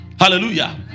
Hallelujah